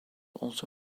also